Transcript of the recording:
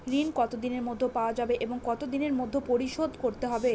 ঋণ কতদিনের মধ্যে পাওয়া যাবে এবং কত দিনের মধ্যে পরিশোধ করতে হবে?